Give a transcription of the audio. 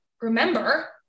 remember